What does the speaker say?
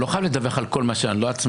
אף פעם לא הייתי עצמאי,